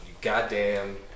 goddamn